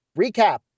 Recap